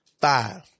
five